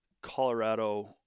Colorado